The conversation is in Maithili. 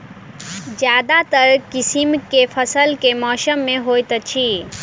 ज्यादातर किसिम केँ फसल केँ मौसम मे होइत अछि?